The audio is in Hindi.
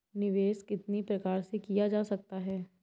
निवेश कितनी प्रकार से किया जा सकता है?